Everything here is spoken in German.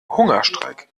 hungerstreik